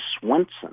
Swenson